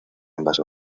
ambas